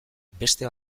beste